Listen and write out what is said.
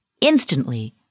instantly